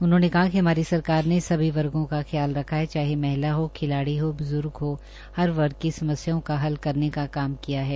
उन्होंने कहा कि हमारी सरकार ने सभी वर्गो का ख्याल रखा है चाहे महिला हो खिलाड़ी हो ब्र्जग हो हर वर्ग की समरूयाओं का हल करने का काम किया है